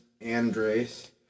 Andres